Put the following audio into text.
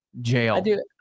jail